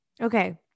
okay